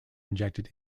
injected